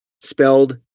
spelled